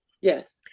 Yes